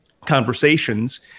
conversations